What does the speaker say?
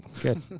Good